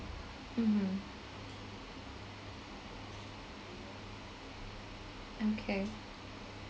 mmhmm okay